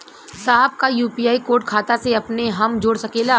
साहब का UPI code खाता से अपने हम जोड़ सकेला?